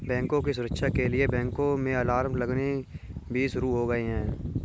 बैंकों की सुरक्षा के लिए बैंकों में अलार्म लगने भी शुरू हो गए हैं